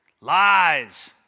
Lies